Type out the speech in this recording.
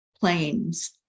planes